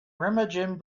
remagen